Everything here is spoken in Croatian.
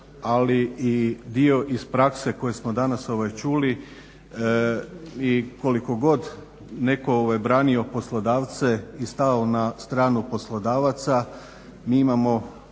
ali i dio iz prakse koji smo danas čuli. I koliko god netko branio poslodavce i stao na stranu poslodavaca mi imamo